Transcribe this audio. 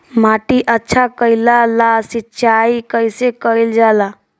माटी अच्छा कइला ला सिंचाई कइसे कइल जाला?